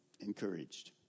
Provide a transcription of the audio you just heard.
Encouraged